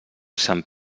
sant